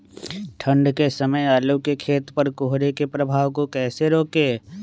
ठंढ के समय आलू के खेत पर कोहरे के प्रभाव को कैसे रोके?